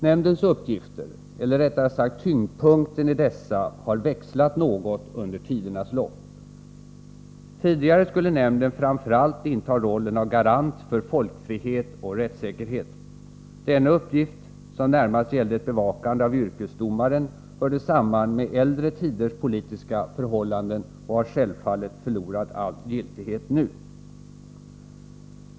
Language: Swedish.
Nämndens uppgifter, eller rättare sagt tyngdpunkten i dessa, har växlat något under tidernas lopp. Tidigare skulle nämnden framför allt inta rollen av garant för folkfrihet och rättssäkerhet. Denna uppgift, som närmast gällde ett bevakande av yrkesdomaren, hörde samman med äldre tiders politiska förhållanden och har självfallet förlorat all giltighet nu.